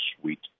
suite